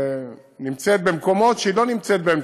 היא נמצאת במקומות שהיא לא נמצאת בהם,